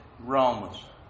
Romans